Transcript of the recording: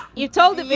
you told.